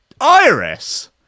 iris